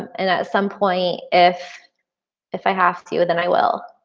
and at some point, if if i have to then i will.